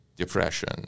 depression